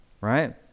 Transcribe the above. right